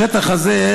השטח הזה,